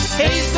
hey